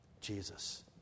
Jesus